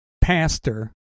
pastor